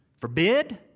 forbid